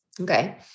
Okay